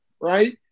right